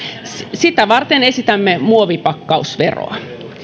sitä varten esitämme muovipakkausveroa